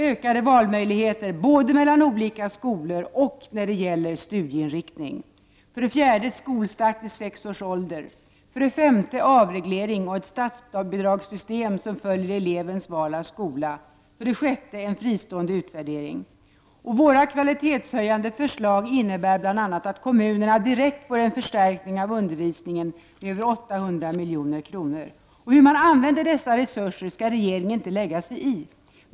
Ökade valmöjligheter både mellan olika skolor och när det gäller studieinriktning. 5. Avreglering och ett statsbidragssystem som följer elevens val av skola. Våra kvalitetshöjande förslag innebär bl.a. att kommunerna direkt får en förstärkning av undervisningen med över 800 milj.kr. Hur man använder dessa resurser skall riksdagen inte lägga sig i.